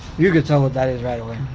you could tell what that is right away.